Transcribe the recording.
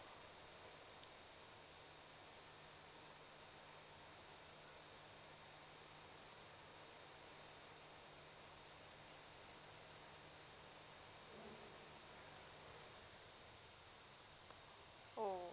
oh